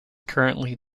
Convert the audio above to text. currently